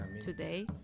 Today